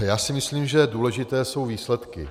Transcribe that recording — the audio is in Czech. Já si myslím, že důležité jsou výsledky.